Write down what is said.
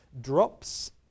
drops